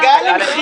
זה הצגה למכירה.